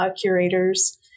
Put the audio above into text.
curators